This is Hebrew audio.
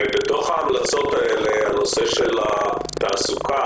בתוך ההמלצות האלה הנושא של התעסוקה